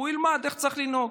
ילמד איך צריך לנהוג.